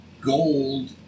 gold